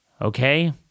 Okay